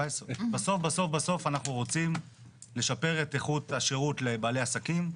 17. בסוף אנחנו רוצים לשפר את איכות השירות לבעלי עסקים.